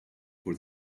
for